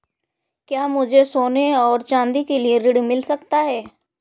क्या मुझे सोने और चाँदी के लिए ऋण मिल सकता है?